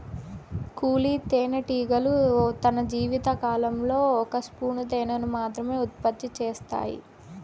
కూలీ తేనెటీగలు తన జీవిత కాలంలో ఒక స్పూను తేనెను మాత్రమె ఉత్పత్తి చేత్తాయి